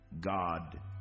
God